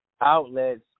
outlets